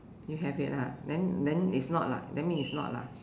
you have it ah then then it's not lah then means it's not lah